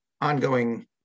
ongoing